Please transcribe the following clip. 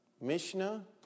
Mishnah